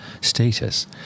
status